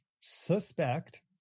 suspect